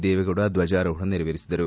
ದೇವೇಗೌಡ ದ್ವಜಾರೋಹಣ ನೆರವೇರಿಸಿದರು